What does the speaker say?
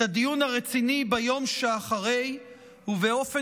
את הדיון הרציני ביום שאחרי ובאופן